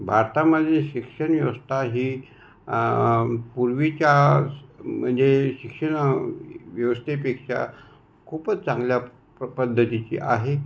भारतामध्ये शिक्षणव्यवस्था ही पूर्वीच्या म्हणजे शिक्षण व्यवस्थेपेक्षा खूपच चांगल्या प् पद्धतीची आहे